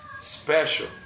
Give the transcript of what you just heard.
special